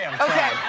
Okay